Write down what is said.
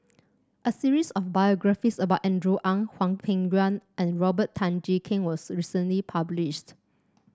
a series of biographies about Andrew Ang Hwang Peng Yuan and Robert Tan Jee Keng was recently published